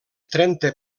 trenta